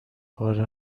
پاره